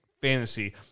Fantasy